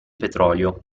petrolio